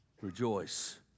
Rejoice